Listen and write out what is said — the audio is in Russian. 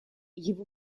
его